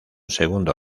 segundo